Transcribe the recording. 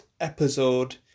episode